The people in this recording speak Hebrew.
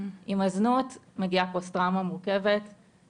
עם הזנות מגיעה פוסט טראומה מורכבת,